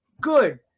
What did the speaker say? good